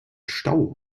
stau